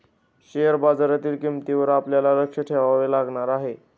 share बाजारातील किंमतींवर आपल्याला लक्ष ठेवावे लागणार आहे